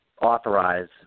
authorize